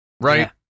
Right